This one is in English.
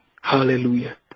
Hallelujah